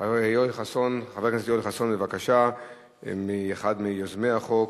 חבר הכנסת יואל חסון, אחד מיוזמי החוק,